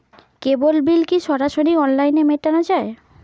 কেবল bill কি সরাসরি অনলাইনে মেটানো য়ায়?